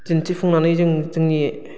दिन्थिफुंनानै जों जोंनि